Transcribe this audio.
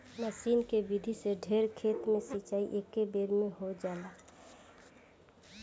मसीन के विधि से ढेर खेत के सिंचाई एकेबेरे में हो जाला